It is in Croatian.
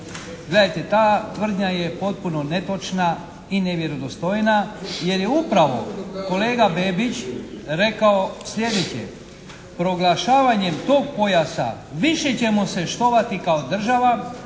ta tvrdnja je potpuno netočna i nevjerodostojna jer je upravo kolega Bebić rekao sljedeće: "Proglašavanjem tog pojasa više ćemo se štovati kao država,